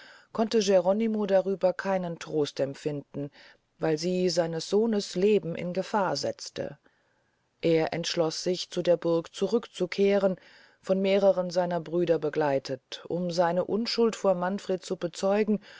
konnte geronimo darüber keinen trost empfinden weil sie seines sohnes leben in gefahr setzte er entschloß sich zu der burg zurück zu kehren von mehreren seiner brüder begleitet um seine unschuld vor manfred zu bezeugen